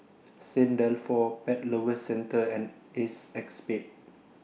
Saint Dalfour Pet Lovers Centre and ACEXSPADE